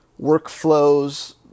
workflows